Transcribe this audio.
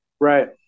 Right